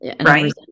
right